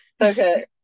okay